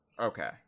Okay